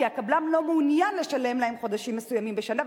כי הקבלן לא מעוניין לשלם להם חודשים מסוימים בשנה,